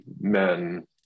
men